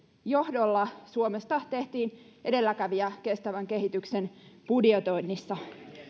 johdolla suomesta tehtiin edelläkävijä kestävän kehityksen budjetoinnissa